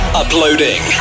uploading